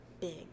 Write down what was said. big